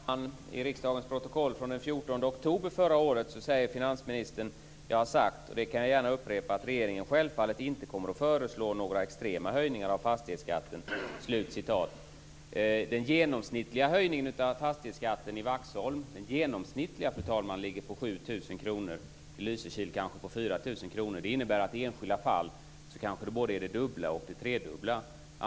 Fru talman! I riksdagens protokoll från den 14 oktober förra året säger finansministern: "Jag har sagt, och det kan jag gärna upprepa, att regeringen självfallet inte kommer att föreslå några extrema höjningar av fastighetsskatten." Den genomsnittliga höjningen av fastighetsskatten i Vaxholm - den genomsnittliga, fru talman - ligger på 7 000 kr. I Lysekil ligger den kanske på 4 000 kr. Det innebär att det kanske både är det dubbla och tredubbla i enskilda fall.